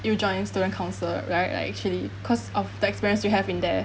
you joined student council right like actually because of the experience you have in there